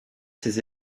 ses